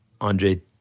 Andre